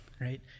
Right